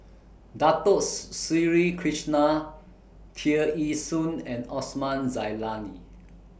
Dato Sri Krishna Tear Ee Soon and Osman Zailani